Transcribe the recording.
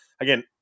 Again